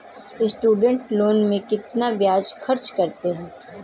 Student loan में कितना ब्याज चार्ज करते हैं?